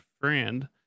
Friend